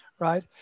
right